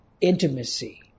intimacy